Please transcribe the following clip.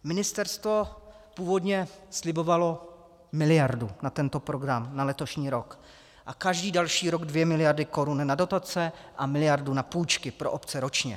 Ministerstvo původně slibovalo miliardu na tento program na letošní rok a každý další rok 2 miliardy korun na dotace a miliardu na půjčky pro obce ročně.